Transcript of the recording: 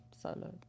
solo